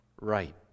right